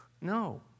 No